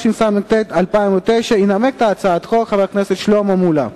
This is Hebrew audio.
התשס"ט 2009. ינמק את הצעת החוק חבר הכנסת שלמה מולה.